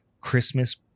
christmas